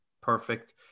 perfect